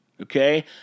Okay